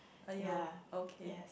!aiyo! okay